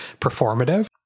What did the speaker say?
performative